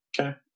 Okay